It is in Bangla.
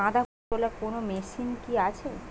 গাঁদাফুল তোলার কোন মেশিন কি আছে?